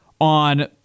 on